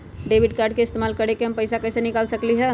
Debit card के इस्तेमाल करके हम पैईसा कईसे निकाल सकलि ह?